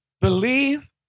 believe